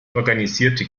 organisierte